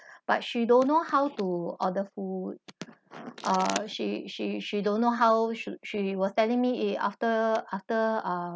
but she don't know how to order food uh she she she don't know how she she was telling me eh after after ah